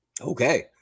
Okay